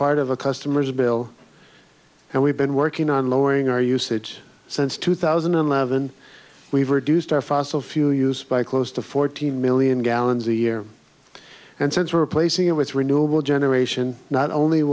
part of a customer's bill and we've been working on lowering our usage since two thousand and eleven we've reduced our fossil fuel use by close to fourteen million gallons a year and since replacing it with renewable generation not only